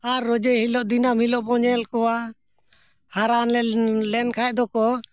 ᱟᱨ ᱨᱳᱡᱽ ᱦᱤᱞᱳᱜ ᱫᱤᱱᱟᱹᱢ ᱦᱤᱞᱳᱜ ᱵᱚᱱ ᱧᱮᱞ ᱠᱚᱣᱟ ᱦᱟᱨᱟ ᱞᱮᱱ ᱞᱮᱱ ᱠᱷᱟᱱ ᱫᱚᱠᱚ